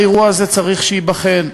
האירוע הזה, צריך שייבחן.